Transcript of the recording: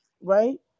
Right